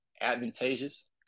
advantageous